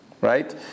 Right